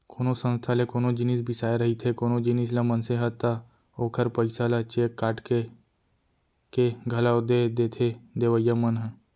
कोनो संस्था ले कोनो जिनिस बिसाए रहिथे कोनो जिनिस ल मनसे ह ता ओखर पइसा ल चेक काटके के घलौ दे देथे देवइया मन ह